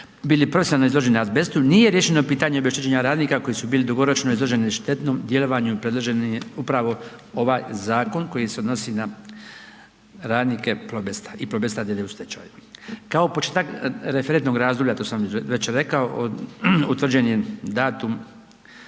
bili profesionalno izloženi azbestu, nije riješeno pitanje obeštećenja radnika koji su bili dugoročno izloženi štetnom djelovanju, predložen im je upravo ovaj zakon koji se odnosi na radnike Plobesta i Plobesta d.d. u stečaju. Kao početak referentnog razdoblja, to sam već rekao, utvrđen je datum